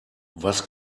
was